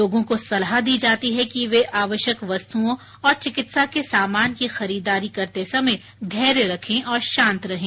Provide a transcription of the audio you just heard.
लोगों को सलाह दी जाती है कि वे आवश्यक वस्तुओँ और चिकित्सा के सामान की खरीददारी करते समय धैर्य रखे और शांत रहें